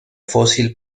fósil